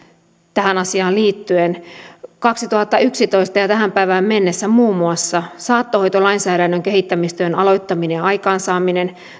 tähän asiaan liittyen kaksituhattayksitoista ja tähän päivään mennessä muun muassa saattohoitolainsäädännön kehittämistyön aloittaminen ja aikaansaaminen